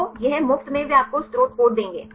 तो यह मुफ्त में वे आपको स्रोत कोड देंगे